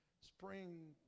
spring